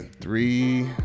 Three